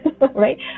right